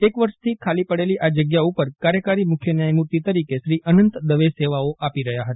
એક વર્ષ થી ખાલી પડેલી આ જગ્યા ઉપર કાર્યકારી મુખ્ય ન્યાયમૂર્તિ તરીકે શ્રી અનંત દવે સેવાઓ આપી રહ્યા હતા